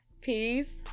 peace